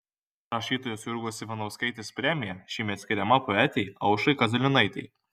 rašytojos jurgos ivanauskaitės premija šįmet skiriama poetei aušrai kaziliūnaitei